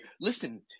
Listen